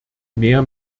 mehr